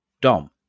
dom